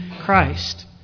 Christ